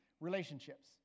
relationships